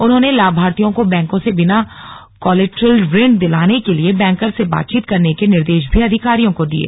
उन्होंने लाभार्थियों को बैंकों से बिना कोलेटरल ऋण दिलाने के लिए बैंकर्स से बातचीत करने के निर्देश भी अधिकारियों को दिये